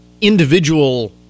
individual